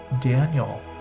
Daniel